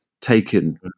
taken